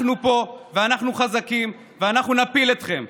אנחנו פה, ואנחנו חזקים, ואנחנו נפיל אתכם.